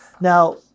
Now